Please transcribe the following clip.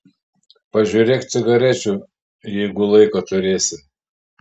pažiūrėk cigarečių jeigu laiko turėsi